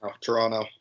Toronto